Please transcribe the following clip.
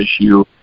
issue